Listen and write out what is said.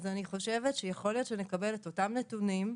אני חושבת שיכול להיות שנקבל את אותם נתונים.